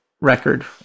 record